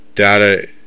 data